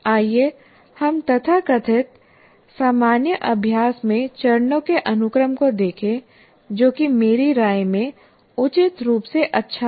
आइए हम तथाकथित सामान्य अभ्यास में चरणों के अनुक्रम को देखें जो कि मेरी राय में उचित रूप से अच्छा है